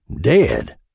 Dead